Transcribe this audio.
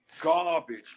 Garbage